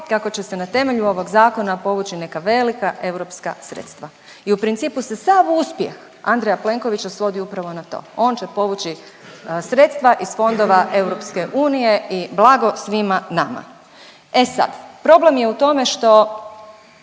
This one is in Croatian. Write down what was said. kako će se na temelju ovog zakona povući neka velika europska sredstva. I u principu se sav uspjeh Andreja Plenkovića svodi upravo na to. On će povući sredstva iz fondova EU i blago svima nama. E sad, problem je u tome što